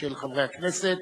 של חברי הכנסת.